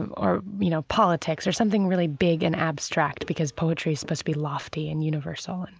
um or you know politics or something really big and abstract because poetry is supposed to be lofty and universal. and